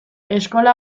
eskola